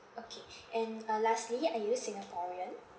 okay and uh lastly are you singaporean